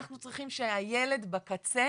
אנחנו צריכים שהילד בקצה